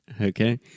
Okay